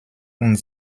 und